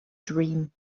dream